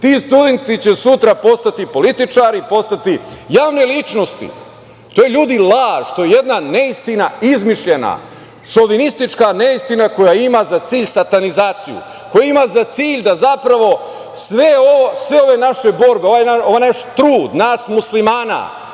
Ti studenti će sutra postati političari, postati javne ličnosti. Ljudi, to je laž! To je neistina, izmišljena, šovinistička neistina koja ima za cilj satanizaciju, koja ima za cilj da zapravo sve ove naše borbe, ovaj naš trud nas Muslimana,